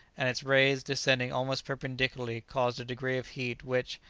and its rays, descending almost perpendicularly, caused a degree of heat which,